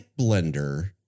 blender